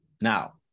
now